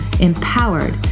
empowered